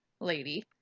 lady